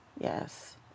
Yes